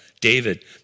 David